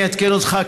אני אעדכן אותך,